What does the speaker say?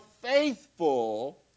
faithful